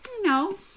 No